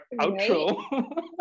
outro